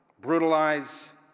brutalize